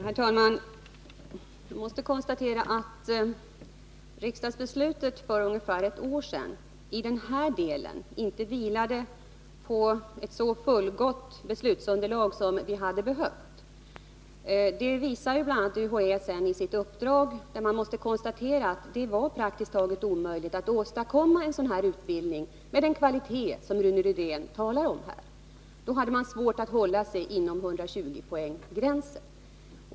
Herr talman! Jag måste konstatera att riksdagsbeslutet för ungefär ett år sedan i denna del inte vilade på ett så fullgott beslutsunderlag som hade behövts. Det visar bl.a. UHÄ i redovisningen av sitt uppdrag, där man konstaterar att det var praktiskt taget omöjligt att åstadkomma denna utbildning med den kvalitet som Rune Rydén talar om. Det var utomordentligt svårt att hålla sig inom 120-poängsgränsen.